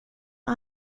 och